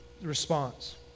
response